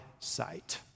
sight